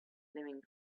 living